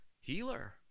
healer